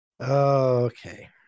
Okay